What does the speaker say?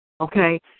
Okay